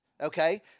Okay